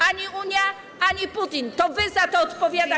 Ani Unia, ani Putin - to wy za to odpowiadacie.